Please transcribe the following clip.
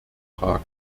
fragen